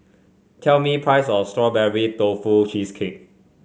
tell me price of Strawberry Tofu Cheesecake